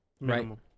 right